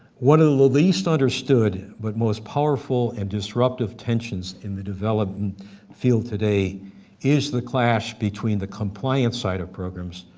one of the least understood, but most powerful and disruptive tensions in the development field today is the clash between the compliance side of programs,